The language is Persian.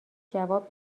جواب